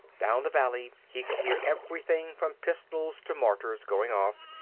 down the valley he could hear everything from pistols to mortars going off,